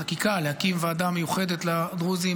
להקים בחקיקה ועדה מיוחדת לדרוזים,